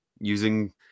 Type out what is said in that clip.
using